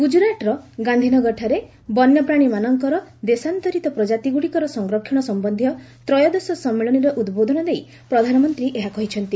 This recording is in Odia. ଗୁକୁରାଟର ଗାନ୍ଧୀନଗରଠାରେ ବନ୍ୟ ପ୍ରାଣୀମାନଙ୍କର ଦେଶାନ୍ତରିତ ପ୍ରଜାତି ଗୁଡ଼ିକର ସଂରକ୍ଷଣ ସମ୍ୟନ୍ଧୀୟ ତ୍ରୟୋଦଶ ସମ୍ମିଳନୀରେ ଉଦ୍ବୋଧନ ଦେଇ ପ୍ରଧାନମନ୍ତ୍ରୀ ଏହା କହିଛନ୍ତି